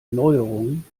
neuerungen